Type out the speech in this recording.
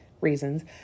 reasons